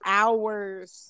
hours